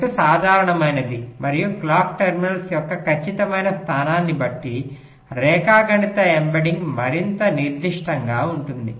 చెట్టు సాధారణమైనది మరియు క్లాక్ టెర్మినల్స్ యొక్క ఖచ్చితమైన స్థానాన్ని బట్టి రేఖాగణిత ఎంబెడ్డింగ్ మరింత నిర్దిష్టంగా ఉంటుంది